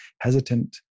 hesitant